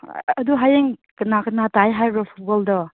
ꯑꯗꯨ ꯍꯌꯦꯡ ꯀꯅꯥ ꯀꯅꯥ ꯇꯥꯏ ꯍꯥꯏꯕ꯭ꯔꯣ ꯐꯨꯠꯕꯣꯜꯗꯣ